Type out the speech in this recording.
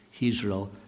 Israel